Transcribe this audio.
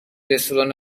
رستوران